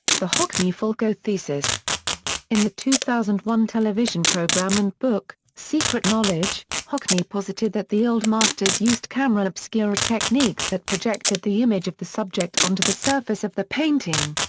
the hockney-falco thesis in the two thousand and one television programme and book, secret knowledge, hockney posited that the old masters used camera obscura techniques that projected the image of the subject onto the surface of the painting.